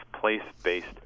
place-based